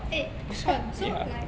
eh shawn so like